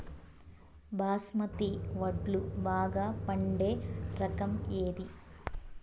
బాస్మతి వడ్లు బాగా పండే రకం ఏది